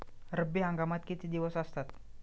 रब्बी हंगामात किती दिवस असतात?